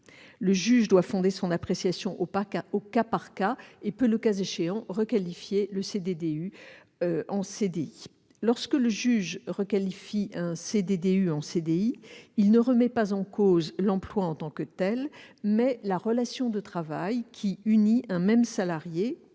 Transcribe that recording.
Le juge doit fonder son appréciation au cas par cas et peut requalifier, le cas échéant, le CDDU en CDI. Lorsque le juge requalifie un CDDU en CDI, il remet en cause, non pas l'emploi en tant que tel, mais la relation de travail unissant un même salarié,